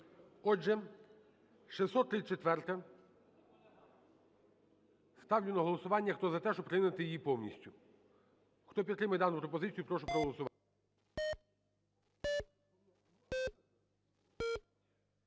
Отже, 634-а. Ставлю на голосування. Хто за те, щоб прийняти її повністю? Хто підтримує дану пропозицію, прошу проголосувати.